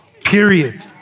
Period